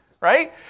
right